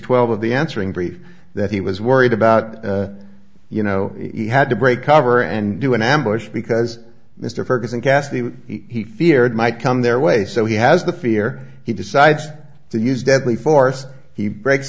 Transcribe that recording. twelve of the answering brief that he was worried about you know he had to break cover and do an ambush because mr ferguson ghastly he feared might come their way so he has the fear he decides to use deadly force he breaks